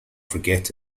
forget